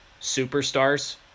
superstars